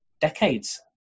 decades